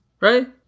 right